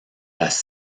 las